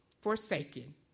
forsaken